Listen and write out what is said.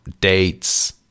dates